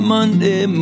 Monday